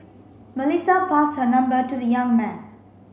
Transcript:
Melissa passed her number to the young man